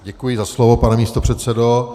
Děkuji za slovo, pane místopředsedo.